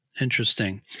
Interesting